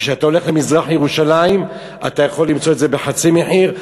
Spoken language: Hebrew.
כשאתה הולך למזרח-ירושלים אתה יכול למצוא את זה בחצי מחיר.